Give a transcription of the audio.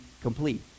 complete